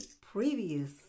previous